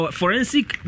forensic